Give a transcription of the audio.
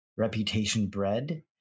reputation-bred